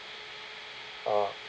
oh